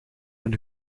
een